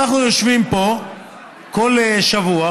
ואנחנו יושבים פה כל שבוע,